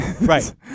Right